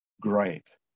great